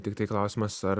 tiktai klausimas ar